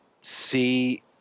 see